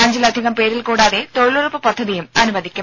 അഞ്ചിലധികം പേരിൽ കൂടാതെ തൊഴിലുറപ്പ് പദ്ധതിയും അനുവദിക്കും